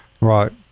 Right